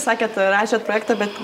sakėt rašėt projektą bet